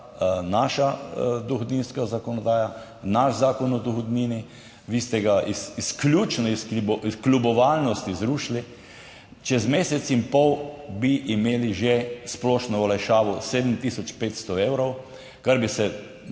naša dohodninska zakonodaja, naš Zakon o dohodnini, vi ste ga izključno iz kljubovalnosti zrušili. Čez mesec in pol bi imeli že splošno olajšavo 7 tisoč 500 evrov, kar bi se